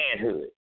manhood